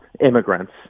immigrants